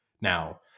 Now